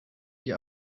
die